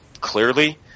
clearly